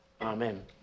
Amen